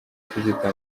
kuzita